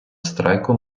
страйку